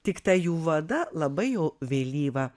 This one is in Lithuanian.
tik ta jų vada labai jau vėlyva